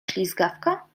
ślizgawka